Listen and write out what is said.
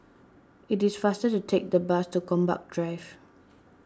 it is faster to take the bus to Gombak Drive